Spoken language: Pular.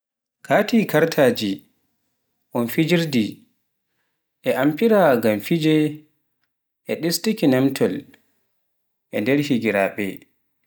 kaati kartaaji un fiijirɗi, e amfire ngam fije e ɗustuuki numtol nder higiraaɓe.